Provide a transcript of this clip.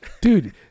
Dude